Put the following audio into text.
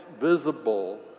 visible